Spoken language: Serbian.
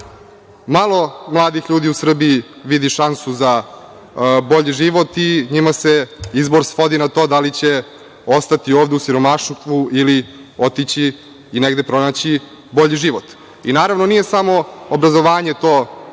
lak. Malo mladih ljudi u Srbiji vidi šansu za bolji život i njima se izbor svodi na to da li će ostati ovde u siromaštvu ili otići negde i pronaći bolji život. I naravno, nije samo obrazovanje to koje